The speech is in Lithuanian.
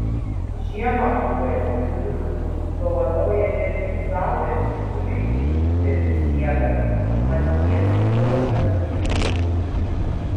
žiemą uv spindulius mums dovanoja ne tik saulės spinduliai bet ir sniegas mat jis juos atspindi